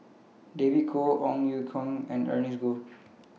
David Kwo Ong Ye Kung and Ernest Goh